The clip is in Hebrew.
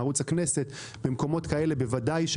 בערוץ הכנסת במקומות כאלה בוודאי.